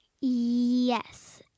Yes